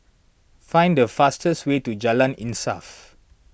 find the fastest way to Jalan Insaf